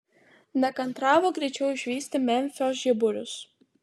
nekantravo greičiau išvysti memfio žiburius